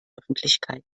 öffentlichkeit